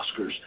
Oscars